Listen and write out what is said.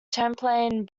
champlain